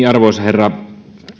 arvoisa herra